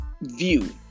view